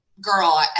Girl